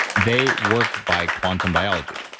they work by quantum biology,